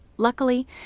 Luckily